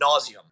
nauseum